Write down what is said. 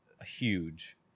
huge